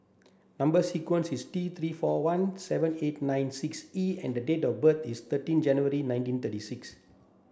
number sequence is T three four one seven eight nine six E and the date of birth is thirty January nineteen thirty six